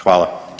Hvala.